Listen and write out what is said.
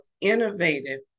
innovative